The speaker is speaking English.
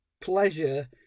pleasure